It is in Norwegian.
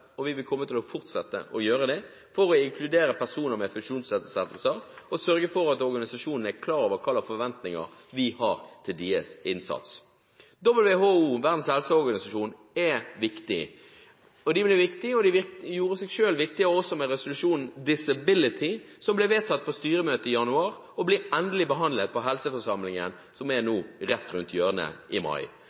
og vi vil fortsette å gjøre det for å inkludere personer med funksjonsnedsettelser og for å sørge for at organisasjonene er klar over hva slags forventninger vi har til deres innsats. WHO – Verdens helseorganisasjon – er viktig. Den er viktig og gjorde seg selv viktig med resolusjonen «Disability», som ble vedtatt på styremøtet i januar, og som blir endelig behandlet på helseforsamlingen som nå er rett rundt hjørnet, i mai.